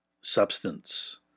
substance